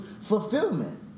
fulfillment